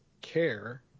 care